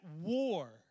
war